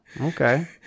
Okay